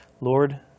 Lord